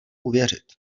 uvěřit